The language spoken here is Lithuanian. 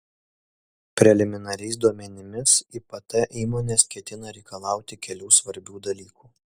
preliminariais duomenimis ipt įmonės ketina reikalauti kelių svarbių dalykų